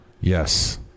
Yes